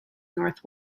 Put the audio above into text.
north